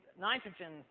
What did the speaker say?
nitrogen